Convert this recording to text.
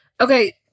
Okay